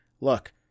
look